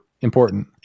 important